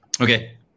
Okay